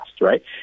right